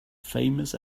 famous